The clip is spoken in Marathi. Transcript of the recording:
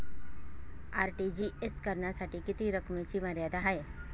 आर.टी.जी.एस करण्यासाठी किती रकमेची मर्यादा आहे?